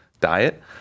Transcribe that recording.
diet